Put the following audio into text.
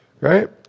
right